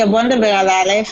בואו נדבר על (א).